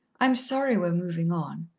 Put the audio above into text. i'm sorry we're movin' on.